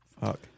Fuck